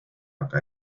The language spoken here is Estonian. aga